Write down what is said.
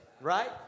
Right